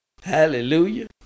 Hallelujah